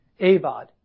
AVOD